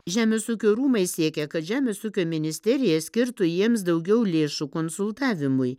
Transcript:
žemės ūkio rūmai siekia kad žemės ūkio ministerija skirtų jiems daugiau lėšų konsultavimui